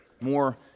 more